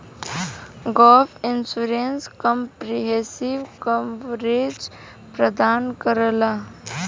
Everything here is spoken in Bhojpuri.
गैप इंश्योरेंस कंप्रिहेंसिव कवरेज प्रदान करला